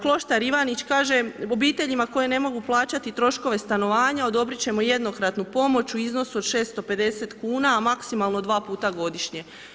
Kloštar Ivanić, kaže, obiteljima koji ne mogu plaćati troškove stanovanja, odobriti ćemo jednokratnu pomoć u iznosu od 650 kn, a maksimalno 2 puta godišnje.